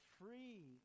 free